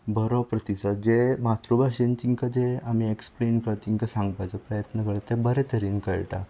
बरो प्रतिसाद जे मात्र भाशेंत तिंका जें आमी एक्सप्लेन करतले तेंका सांगपाचो प्रयत्न करता ते बरे तरेन कळटा